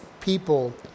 people